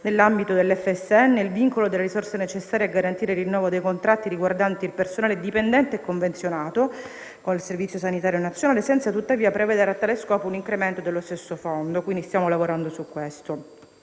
nazionale (FSN) il vincolo delle risorse necessarie a garantire il rinnovo dei contratti riguardanti il personale dipendente e convenzionato col Servizio sanitario nazionale, senza tuttavia prevedere a tale scopo un incremento dello stesso Fondo. Quindi stiamo lavorando su questo.